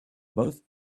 both